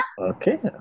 okay